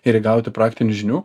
ir įgauti praktinių žinių